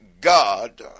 God